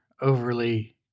overly